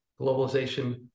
globalization